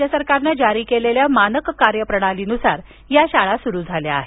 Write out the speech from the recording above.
राज्य सरकारनं जारी केलेल्या मानक कार्यप्रणालीनुसार या शाळा सुरू झाल्या आहेत